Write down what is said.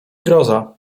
groza